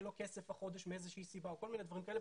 לו כסף החודש מאיזושהי סיבה או כל מיני דברים כאלה,